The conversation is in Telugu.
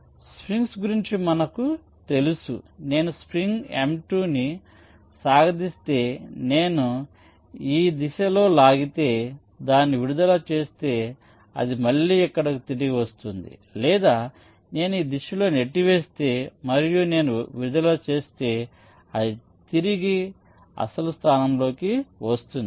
కాబట్టి స్ప్రింగ్ గురించి మనకు తెలుసు నేను స్ప్రింగ్ m2 ని సాగదీస్తే నేను ఈ దిశలో లాగితే దాన్ని విడుదల చేస్తే అది మళ్ళీ ఇక్కడకు తిరిగి వస్తుంది లేదా నేను ఈ దిశలో నెట్టివేస్తే మరియు నేను విడుదల చేస్తే అది తిరిగి అసలు స్థానంలోకి వస్తుంది